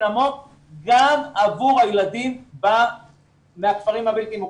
עמוק גם עבור הילדים מהכפרים הבלתי מוכרים.